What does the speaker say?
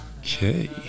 okay